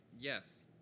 Yes